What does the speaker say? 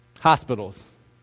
hospitals